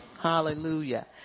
Hallelujah